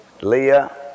Leah